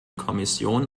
kommission